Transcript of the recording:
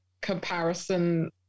comparison